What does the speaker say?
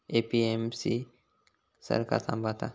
APMC क सरकार सांभाळता